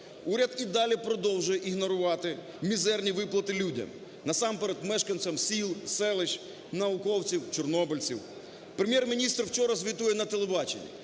Уряд і далі продовжує ігнорувати мізерні виплати людям, насамперед мешканцям сіл, селищ, науковців, чорнобильців. Прем'єр-міністр вчора звітує на телебаченні,